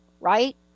right